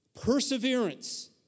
Perseverance